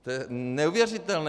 To je neuvěřitelné.